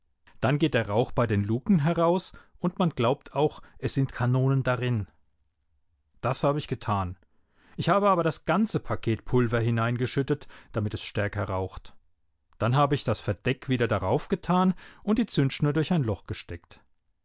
dann geht der rauch bei den luken heraus und man glaubt auch es sind kanonen darin das habe ich getan ich habe aber das ganze paket pulver hineingeschüttet damit es stärker raucht dann habe ich das verdeck wieder darauf getan und die zündschnur durch ein loch gesteckt